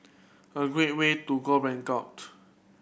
a great way to go